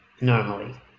normally